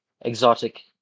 exotic